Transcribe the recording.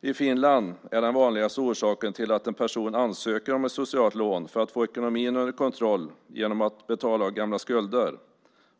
I Finland är den vanligaste orsaken till att en person ansöker om ett socialt lån att få ekonomin under kontroll genom att betala av gamla skulder.